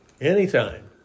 anytime